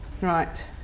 Right